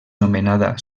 nomenada